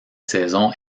saison